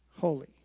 holy